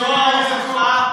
אין אמון.